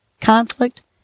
conflict